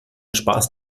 spaß